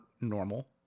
normal